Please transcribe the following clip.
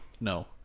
No